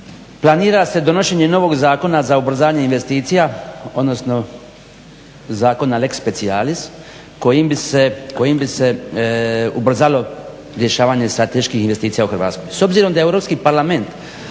planira se donošenje novog Zakona za ubrzanje investicija, odnosno zakona lex specialis kojim bi se ubrzalo rješavanje strateških investicija u Hrvatskoj.